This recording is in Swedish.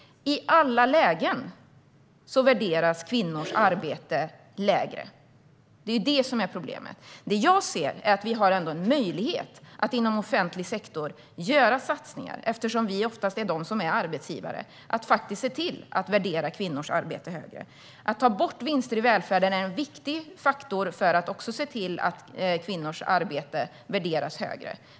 I alla lägen värderas kvinnors arbete lägre. Det är problemet. Jag anser att det finns en möjlighet att inom offentlig sektor göra satsningar. Vi är oftast arbetsgivare, och vi kan se till att värdera kvinnors arbete högre. Att ta bort vinster i välfärden är en viktig faktor för att värdera kvinnors arbete högre.